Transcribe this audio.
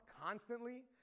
constantly